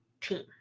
team